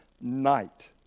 night